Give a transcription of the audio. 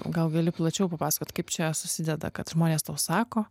gal gali plačiau papasakoti kaip čia susideda kad žmonės tau sako